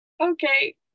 Okay